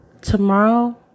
Tomorrow